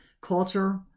culture